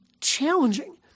challenging